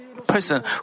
person